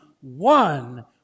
one